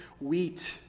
wheat